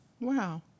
Wow